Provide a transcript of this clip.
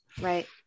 Right